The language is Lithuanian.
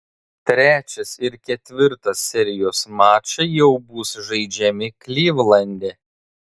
trečias ir ketvirtas serijos mačai jau bus žaidžiami klivlande